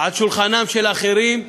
על שולחנם של אחרים,